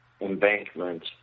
embankment